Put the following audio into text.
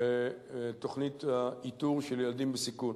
תוכנית איתור של ילדים בסיכון.